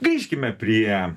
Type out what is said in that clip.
grįžkime prie